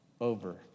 over